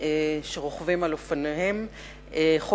שרוכבים על אופניהם בתוך תחומי העיר